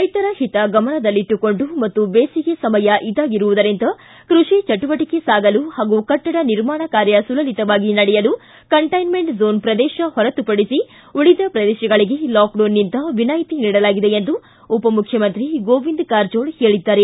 ರೈತರ ಹಿತ ಗಮನದಲ್ಲಿಟ್ಸುಕೊಂಡು ಮತ್ತು ಬೇಸಿಗೆ ಸಮಯ ಇದಾಗಿರುವುದರಿಂದ ಕ್ಕಷಿ ಚಟುವಟಿಕೆ ಸಾಗಲು ಹಾಗೂ ಕಟ್ಟಡ ನಿರ್ಮಾಣ ಕಾರ್ಯ ಸುಲಲಿತವಾಗಿ ನಡೆಯಲು ಕಂಟ್ಲೆನ್ಮೆಂಟ್ ಝೋನ್ ಪ್ರದೇಶ ಹೊರತುಪಡಿಸಿ ಉಳಿದ ಪ್ರದೇಶಗಳಿಗೆ ಲಾಕ್ ಡೌನ್ದಿಂದ ವಿನಾಯ್ತಿ ನೀಡಲಾಗಿದೆ ಎಂದು ಉಪಮುಖ್ಯಮಂತ್ರಿ ಗೋವಿಂದ ಕಾರಜೋಳ ಹೇಳಿದ್ದಾರೆ